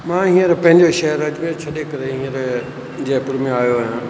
मां हींअर पंहिंजो शहरु अजमेर छॾे करे हींअर जयपुर में आहियो आहियां